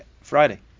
Friday